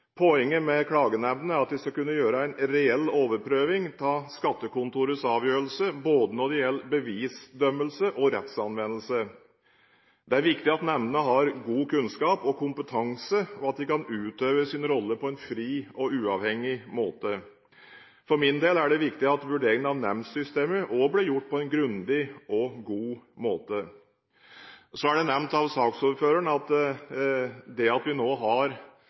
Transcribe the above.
Poenget med klagenemndene er at vi skal kunne gjøre en reell overprøving av skattekontorets avgjørelse både når det gjelder bevisbedømmelse og rettsanvendelse. Det er viktig at nemndene har god kunnskap og kompetanse, og at de kan utøve sin rolle på en fri og uavhengig måte. For min del er det viktig at vurderingen av nemndsystemet også blir gjort på en grundig og god måte. Så er det nevnt av saksordføreren at det at vi nå har